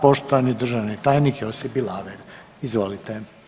Poštovani državni tajnik Josip Bilaver, izvolite.